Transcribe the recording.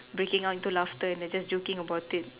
breaking out into laughter and then just joking about it